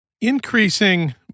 increasing